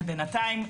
ובינתיים,